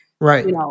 Right